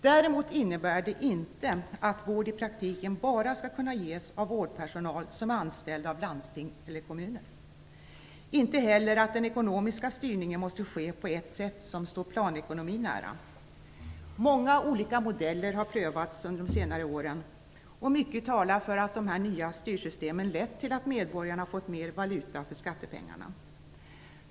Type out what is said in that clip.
Däremot innebär den inte att vård i praktiken bara skall kunna ges av vårdpersonal som är anställd av landsting eller kommuner, inte heller att den ekonomiska styrningen måste ske på ett sätt som står planekonomin nära. Många olika modeller har prövats under de senare åren, och mycket talar för att de nya styrsystemen lett till att medborgarna fått mer valuta för skattepengarna.